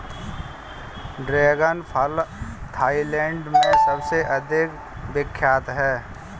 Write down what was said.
dragon फल Thailand में सबसे अधिक विख्यात है